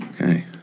okay